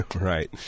Right